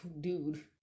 dude